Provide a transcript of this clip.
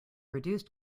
reduced